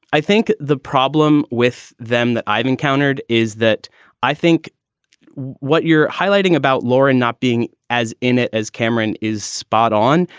i think the problem with them that i've encountered is that i think what you're highlighting about lauren not being as in it as cameron is spot on.